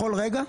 בכל רגע?